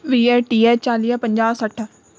वीह टीह चालीह पंजाह सठि